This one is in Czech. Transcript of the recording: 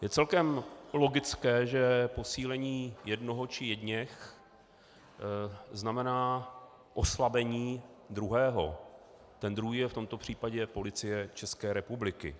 Je celkem logické, že posílení jednoho či jedněch znamená oslabení druhého, ten druhý je v tomto případě Policie České republiky.